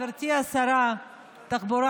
גברתי שרת התחבורה,